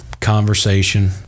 conversation